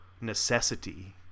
necessity